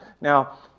Now